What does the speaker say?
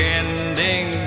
ending